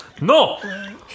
No